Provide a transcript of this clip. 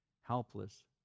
helpless